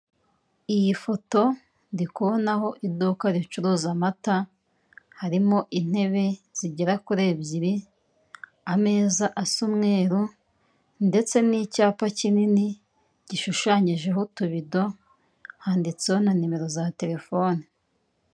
Iyi foto ndi kubonaho iduka ricuruza amata, harimo intebe zigera kuri ebyiri, ameza asa umweru ndetse n'icyapa kinini gishushanyijeho utubido, handitseho na nimero za terefone.